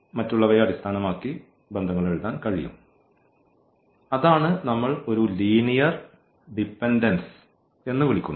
മറ്റുള്ളവയെ അടിസ്ഥാനമാക്കി എഴുതാൻ കഴിയും അതാണ് നമ്മൾ ഒരു ലീനിയർ ഡിപെൻഡൻസ് എന്ന് വിളിക്കുന്നത്